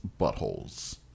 buttholes